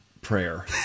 prayer